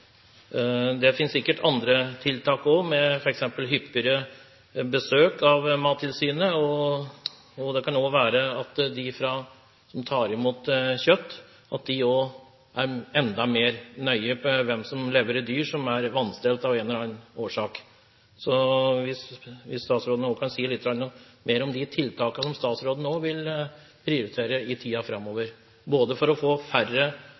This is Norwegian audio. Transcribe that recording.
Det finnes sikkert andre tiltak også, f.eks. hyppigere besøk av Mattilsynet. Det kan også være at de som tar imot kjøtt, kan være enda mer nøye med tanke på hvem som leverer dyr som er vanstelt av en eller annen årsak. Så jeg håper statsråden også kan si litt mer om de tiltakene han vil prioritere i tiden framover, både for å få færre